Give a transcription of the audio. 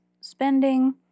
spending